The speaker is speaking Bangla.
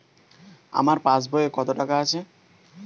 আমার পাস বইয়ে কত টাকা আছে?